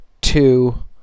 two